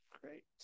great